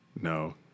No